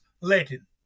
Latin